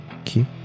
Okay